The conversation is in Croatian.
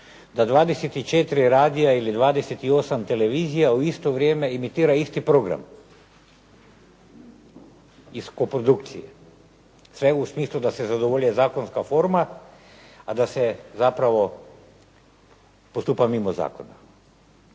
da 24 radija ili 28 televizija u isto vrijeme emitira isti program iz koprodukcije sve u smislu da se zadovolji zakonska forma, a da se zapravo postupa mimo zakona.